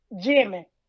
Jimmy